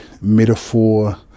metaphor